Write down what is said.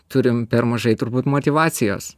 turim per mažai turbūt motyvacijos